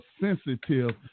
Sensitive